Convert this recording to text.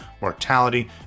mortality